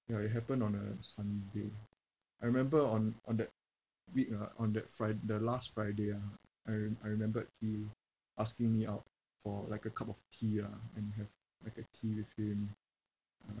ya it happened on a sunday I remember on on that week ah on that fri~ the last friday ah I I remembered he asking me out for like a cup of tea ah and have like a tea with him uh